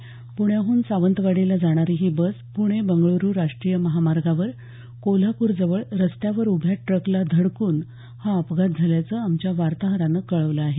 प्ण्याहून सावंतवाडीला जाणारी ही बस प्णे बंगळ्रू राष्ट्रीय महामार्गावर कोल्हापूरजवळ रस्त्यावर उभ्या ट्रकला धडकून हा अपघात झाल्याचं आमच्या वार्ताहरानं कळवलं आहे